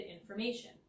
information